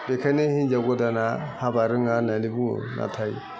बेखायनो हिनजाव गोदाना हाबा रोङा होन्नानै बुङो नाथाय